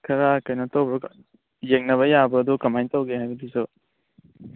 ꯈꯔ ꯀꯩꯅꯣ ꯇꯧꯕ꯭ꯔꯣ ꯌꯦꯡꯅꯕ ꯌꯥꯕ꯭ꯔꯣ ꯑꯗꯨꯒ ꯀꯃꯥꯏꯅ ꯇꯧꯒꯦ ꯍꯥꯏꯕꯗꯨꯁꯨ